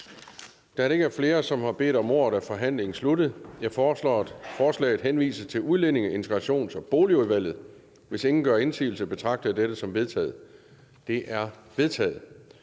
Da der ikke er flere, der har bedt om ordet, er forhandlingen sluttet. Jeg foreslår, at forslaget henvises til Udlændinge-, Integrations- og Boligudvalget. Hvis ingen gør indsigelse, betragter jeg dette som vedtaget. Det er vedtaget.